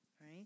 right